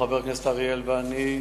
חבר הכנסת אריאל ואני,